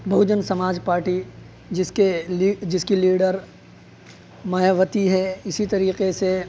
بہوجن سماج پارٹی جس کے جس کی لیڈر مایاوتی ہے اسی طریقے سے